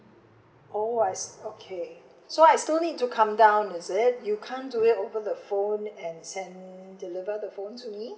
oh I see okay so I still need to come down is it you can't do it over the phone and send deliver the phone to me